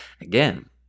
Again